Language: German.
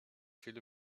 viele